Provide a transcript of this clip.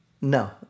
No